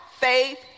faith